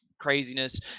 craziness